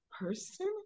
person